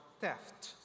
theft